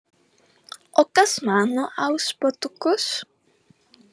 o kas man nuaus batukus